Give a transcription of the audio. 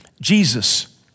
Jesus